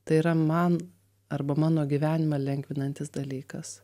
tai yra man arba mano gyvenimą lengvinantis dalykas